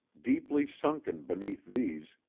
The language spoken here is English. deeply sunken beneath these,